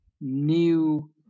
new